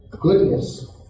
goodness